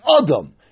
Adam